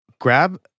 grab